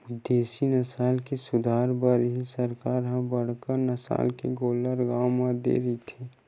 देसी नसल के सुधार बर ही सरकार ह बड़का नसल के गोल्लर गाँव म दे रहिथे